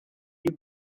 but